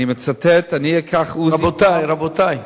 ואני מצטט: אני אקח "עוזי" רבותי.